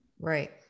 Right